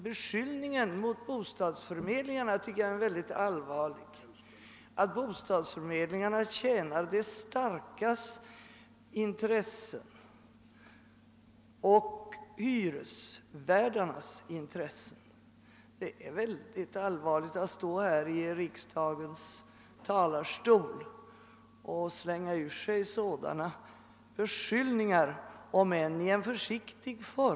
Beskyllningarna att bostadsförmedlingarna tjänar de starkaste, hyresvärdarnas, intressen tycker jag är mycket allvarliga. Det är mycket betänkligt att stå i riksdagens talarstol och slänga ur sig sådana beskyllningar, om än i en försiktig form.